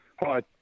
Hi